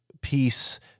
peace